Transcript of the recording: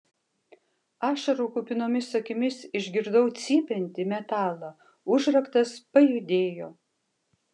ašarų kupinomis akimis išgirdau cypiantį metalą užraktas pajudėjo